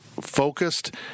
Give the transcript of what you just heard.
focused